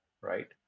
right